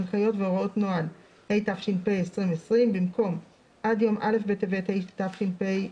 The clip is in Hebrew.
היום 6 בינואר 2021, כ"ב בטבת התשפ"א.